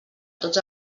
tots